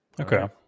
Okay